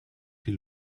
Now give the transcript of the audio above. die